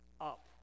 up